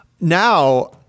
now